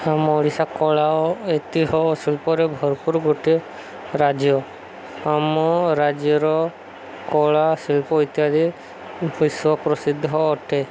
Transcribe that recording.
ଆମ ଓଡ଼ିଶା କଳା ଓ ଐତିହ୍ୟ ଶିଳ୍ପରେ ଭରପୁର ଗୋଟେ ରାଜ୍ୟ ଆମ ରାଜ୍ୟର କଳା ଶିଳ୍ପ ଇତ୍ୟାଦି ବିଶ୍ୱ ପ୍ରସିଦ୍ଧ ଅଟେ